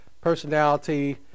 personality